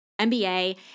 NBA